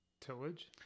Tillage